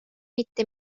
mitte